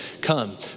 come